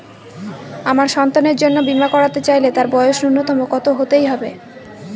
আমার সন্তানের জন্য বীমা করাতে চাইলে তার বয়স ন্যুনতম কত হতেই হবে?